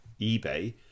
eBay